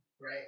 Right